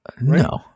No